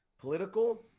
political